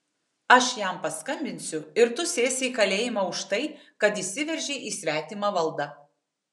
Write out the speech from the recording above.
aš jam paskambinsiu ir tu sėsi į kalėjimą už tai kad įsiveržei į svetimą valdą